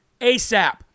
ASAP